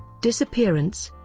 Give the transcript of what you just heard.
disappearance